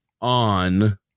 on